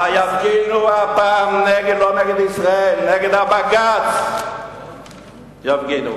יפגינו הפעם לא נגד ישראל, נגד בג"ץ יפגינו.